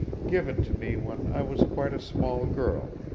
given to me when i was quite a small girl.